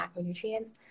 macronutrients